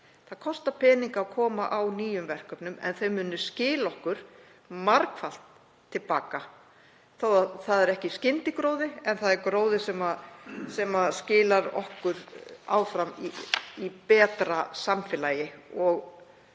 Það kostar peninga að koma á nýjum verkefnum en þau munu skila okkur margfalt til baka. Það er ekki skyndigróði en það er gróði sem skilar okkur áfram í betra samfélagi og hvaða